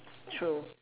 true